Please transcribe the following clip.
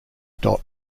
dot